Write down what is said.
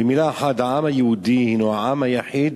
במלה אחת: העם היהודי הינו העם היחיד